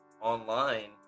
online